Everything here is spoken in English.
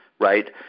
right